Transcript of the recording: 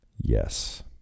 Yes